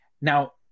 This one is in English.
Now –